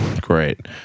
Great